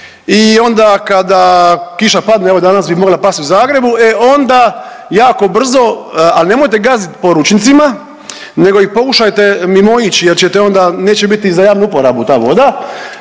i onda kada kiša padne, evo danas bi mogla pasti u Zagrebu, e onda jako brzo, al nemojte gazit po ručnicima nego ih pokušajte mimoići jer ćete onda, neće biti za javnu uporabu ta voda,